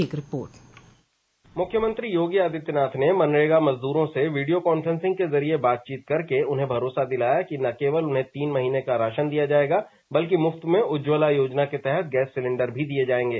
एक रिपोर्ट मुख्योमंत्री योगी आदित्य नाथ ने मनरेगा मजदूरों से वीडियो कांफ्रेंसिंग के जरिये बातचीत करके उन्हें भरोसा दिलाया कि न केवल उन्हें तीन महीने का राशन दिया जायेगा बल्कि मुफ्त में उज्ज्वला योजना के तहत गैस सिलेंडर भी दिये जायेंगे